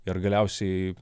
ir galiausiai